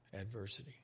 adversity